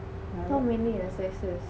ha